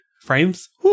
frames